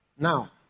Now